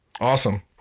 Awesome